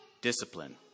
discipline